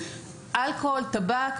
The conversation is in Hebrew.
אלכוהול וטבק.